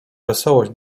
wesołość